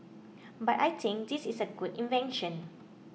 but I think this is a good invention